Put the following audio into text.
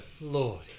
Lord